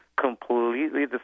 completely